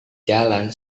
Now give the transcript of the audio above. jalan